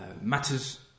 matters